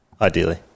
ideally